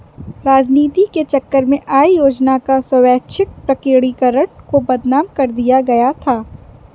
राजनीति के चक्कर में आय योजना का स्वैच्छिक प्रकटीकरण को बदनाम कर दिया गया था